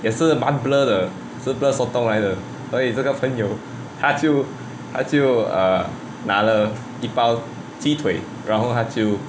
也是满 blur 的是 blur sotong 来的所以这个朋友他就他就 err 拿了一包鸡腿然后他就:na le yi baoo ji tui ran hou ta jiu